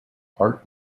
art